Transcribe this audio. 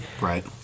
Right